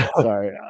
Sorry